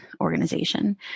organization